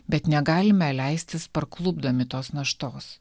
bet negalime leistis parklupdomi tos naštos